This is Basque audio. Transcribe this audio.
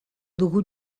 dugu